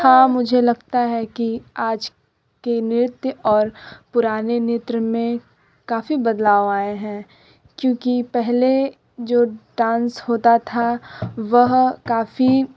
हाँ मुझे लगता है कि आज के नृत्य और पुराने नेत्र में काफ़ी बदलाव आए हैं क्योंकि पहले जो डांस होता था वह काफ़ी